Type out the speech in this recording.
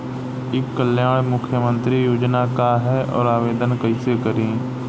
ई कल्याण मुख्यमंत्री योजना का है और आवेदन कईसे करी?